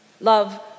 Love